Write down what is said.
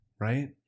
right